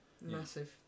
massive